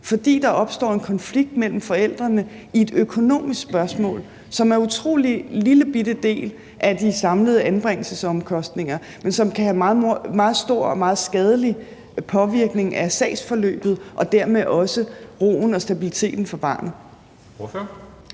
fordi der opstår en konflikt mellem forældrene om et økonomisk spørgsmål, som er en utrolig lillebitte del af de samlede anbringelsesomkostninger, men som kan have meget stor og meget skadelig påvirkning af sagsforløbet og dermed også på roen og stabiliteten for barnet?